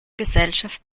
gesellschaft